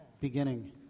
beginning